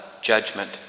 judgment